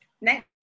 Next